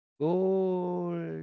Gold